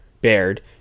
bared